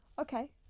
Okay